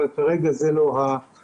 אבל כרגע זה לא הדיון.